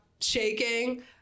shaking